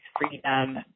freedom